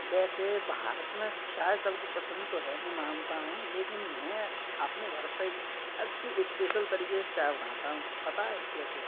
वैसे भारत में चाय सबको पसंद तो है मैं मानता हूँ लेकिन मैं अपने घर पे अच्छी इस्पेशल तरीके से चाय बनाता हूँ पता है कैसे